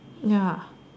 ya